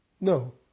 No